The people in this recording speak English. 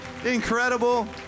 incredible